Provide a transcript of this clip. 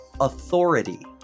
Authority